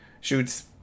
shoots